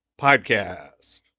Podcast